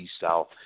south